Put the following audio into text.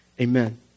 Amen